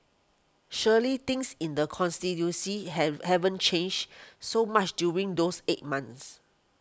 surely things in the constituency have haven't changed so much during those eight months